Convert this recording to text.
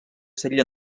seria